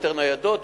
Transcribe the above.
יותר ניידות,